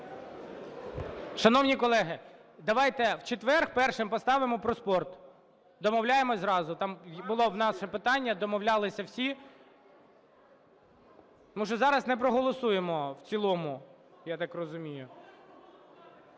Шановні колеги, давайте в четвер першим поставимо про спорт. Домовляємось зразу. Там було в нас ще питання, домовлялися всі, тому що зараз не проголосуємо в цілому, я так розумію.